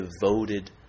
devoted